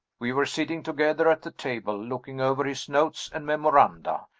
we were sitting together at the table, looking over his notes and memoranda,